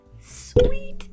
Sweet